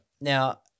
now